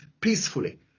peacefully